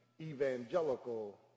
evangelical